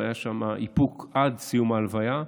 והיה שם איפוק עד סיום ההלוויה,